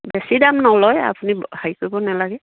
বেছি দাম নলয় আপুনি হেৰি কৰিব নালাগে